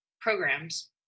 programs